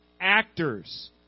actors